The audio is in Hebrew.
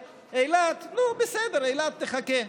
ואילת, נו, בסדר, אילת תחכה.